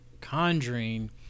Conjuring